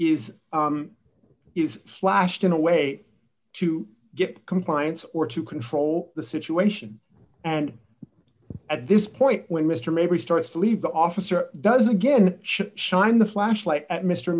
is is flashed in a way to get compliance or to control the situation and at this point when mister maybe starts to leave the officer does again shined the flashlight